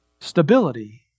Stability